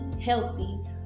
healthy